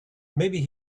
maybe